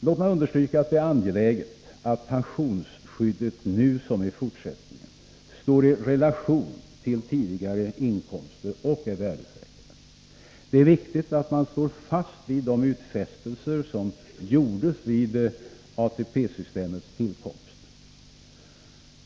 Låt mig understryka att det är angeläget att pensionsförmånerna nu och i fortsättningen står i relation till tidigare inkomster och är värdesäkrade. Det är viktigt att man står fast vid de utfästelser som gjordes vid ATP-systemets tillkomst.